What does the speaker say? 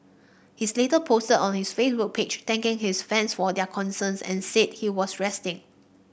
he's later posted on his Facebook page thanking his fans for their concerns and said he was resting